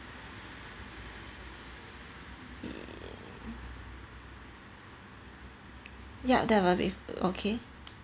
yup that will be okay